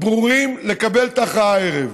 ברורים לקבלת ההכרעה הערב.